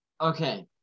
Okay